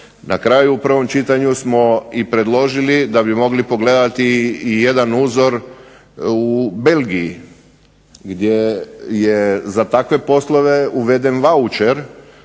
Na kraju, u prvom čitanju smo i predložili da bi mogli pogledati i jedan uzor u Belgiji gdje je za takve poslove uveden vaučer.